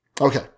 Okay